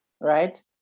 Right